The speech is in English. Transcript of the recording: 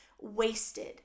wasted